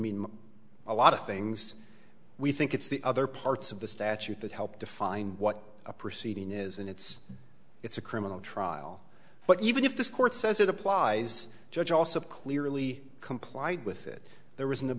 mean a lot of things we think it's the other parts of the statute that help define what a proceeding is and it's it's a criminal trial but even if this court says it applies judge also clearly complied with it there was